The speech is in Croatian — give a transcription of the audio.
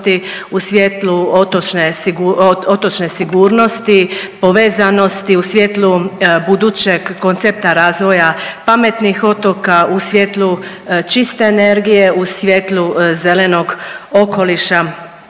u svjetlu otočne sigurnosti, povezanosti, u svjetlu budućeg koncepta razvoja pametnih otoka, u svjetlu čiste energije, u svjetlu zelenog okoliša